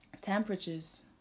temperatures